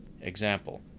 Example